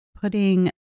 putting